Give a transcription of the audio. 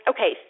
Okay